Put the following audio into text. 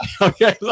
Okay